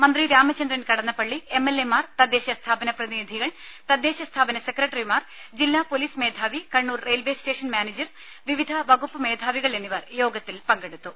മന്ത്രി Ramachandran Kadannappally M L A മാർ തദ്ദേശ സ്ഥാപന പ്രതിനിധികൾ തദ്ദേശ സ്ഥാപന സെക്രട്ടറിമാർ ജില്ലാ പൊലീസ് മേധാവി കണ്ണൂർ റെയിൽവെ സ്റ്റേഷൻ മാനേജർ വിവിധ വകുപ്പ് മേധാവികൾ എന്നിവർ യോഗത്തിൽ പങ്കെടുത്തു